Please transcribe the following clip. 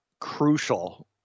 crucial